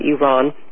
Iran